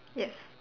yes